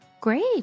Great